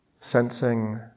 sensing